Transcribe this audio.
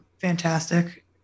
fantastic